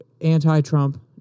anti-Trump